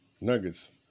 Nuggets